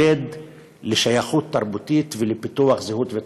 לשייכות תרבותית ולפיתוח זהות ותרבות.